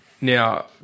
now